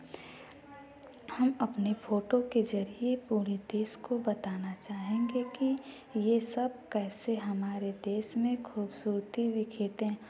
हम अपने फोटो के ज़रिए पूरे देश को बताना चाहेंगे कि यह सब कैसे हमारे देश में खुबसूरती बिखेरते हैं